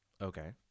Okay